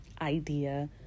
idea